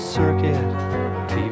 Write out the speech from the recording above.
circuit